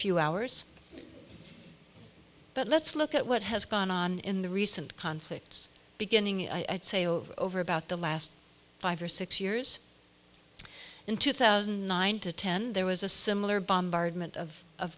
few hours but let's look at what has gone on in the recent conflicts beginning i'd say or over about the last five or six years in two thousand nine to ten there was a similar bombardment of